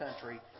country